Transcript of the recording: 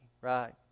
right